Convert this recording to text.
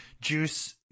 juice